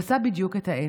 הוא עשה בדיוק את ההפך,